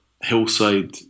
hillside